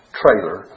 trailer